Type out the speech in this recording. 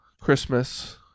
Christmas